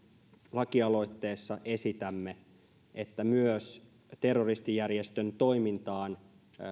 lakialoitteessa esitämme että myös sellaisen terroristijärjestön toimintaan